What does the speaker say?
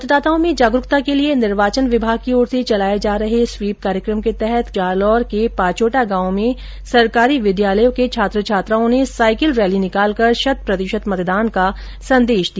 मतदाताओं में जागरूकता के लिये निर्वाचन विभाग की ओर से चलाये जा रहे स्वीप कार्यक्रम के तहत जालोर के पाचोटा गांव में सरकारी विद्यालयों के छात्र छात्राओं ने साईकिल रैली निकालकर शत प्रतिशत मतदान का संदेश दिया